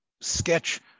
sketch